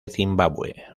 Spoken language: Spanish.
zimbabue